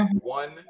one